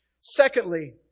Secondly